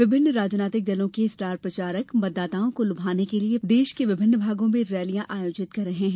विभिन्न राजनीतिक दलों के स्टॉर प्रचारक मतदाताओं को लुभाने के लिए देश के विभिन्न भागों में रैलियां आयोजित कर रहे हैं